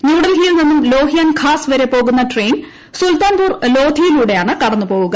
ന്യൂഡൽഹിയിൽ നിന്നും ലോഹിയാൻ ഖാസ് വരെ പോകുന്ന ട്രെയിൻ സുൽത്താൻപൂർ ലോധിയിലൂടെയാണ് കടന്നു പോവുക